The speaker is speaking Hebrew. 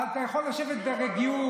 אתה יכול לשבת ברגיעה.